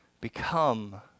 become